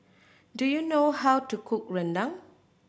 do you know how to cook rendang